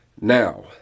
Now